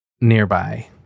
nearby